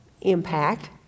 impact